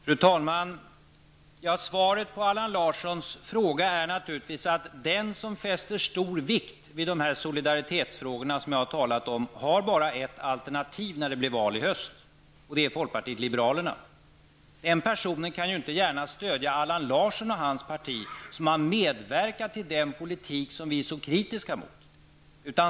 Fru talman! Svaret på Allan Larssons fråga är naturligtvis att den som sätter stor vikt vid de solidaritetsfrågor som jag har talat om bara har ett alternativ när det blir val i höst, och det är folkpartiet liberalerna. Den personen kan ju inte gärna stödja Allan Larsson och hans parti som har medverkat till den politik som vi är så kritiska mot.